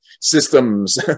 systems